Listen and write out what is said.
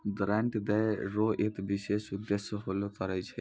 grant दै रो एक विशेष उद्देश्य होलो करै छै